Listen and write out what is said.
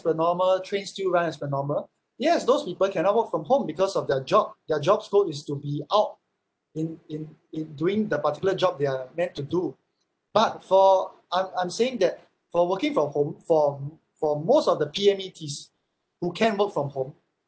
as per normal trains still run as per normal yes those people cannot work from home because of their job their job scope is to be out in in in doing the particular job they are meant to do but for I'm I'm saying that for working from home for for most of the P_M_E_Ts who can work from home